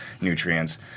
nutrients